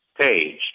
page